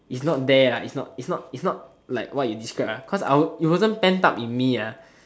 it's not there lah it's not it's not it's not like what you describe ah cause I it wasn't pent up in me ah